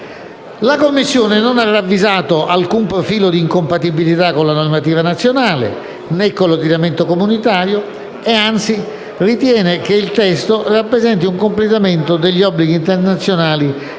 La Commissione non ha ravvisato alcun profilo di incompatibilità con la normativa nazionale, né con l'ordinamento comunitario e, anzi, ritiene che il testo rappresenti un completamento degli obblighi internazionali